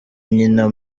nyina